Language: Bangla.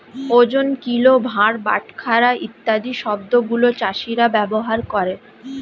ওজন, কিলো, ভার, বাটখারা ইত্যাদি শব্দ গুলো চাষীরা ব্যবহার করে